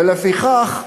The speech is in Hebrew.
ולפיכך,